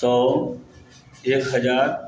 सओ एक हजार